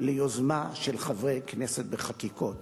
ליוזמה של חברי כנסת בחקיקות.